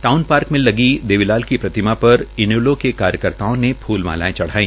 town park में लगी देवी लाल की प्रतिमा पर इनेलों के कार्यकर्ताओं ने फूल मालाएं चढ़ाई